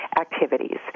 activities